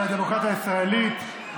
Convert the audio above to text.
ולדמוקרטיה הישראלית,